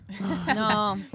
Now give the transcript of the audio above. No